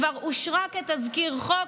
כבר אושרה כתזכיר חוק.